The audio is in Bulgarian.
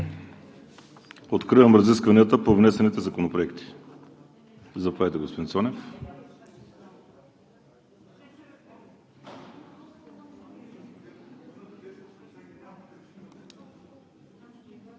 Откривам разискванията по внесените законопроекти. Заповядайте, господин Цонев.